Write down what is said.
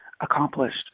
accomplished